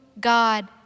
God